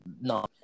no